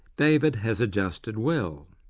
david has adjusted well.